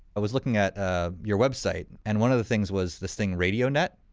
i was looking at ah your website and one of the things was this thing, radio net,